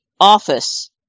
office